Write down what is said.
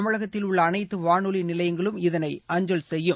தமிழகத்தில் உள்ள அனைத்து வானொலி நிலையங்களும் இதனை அஞ்சல் செய்யும்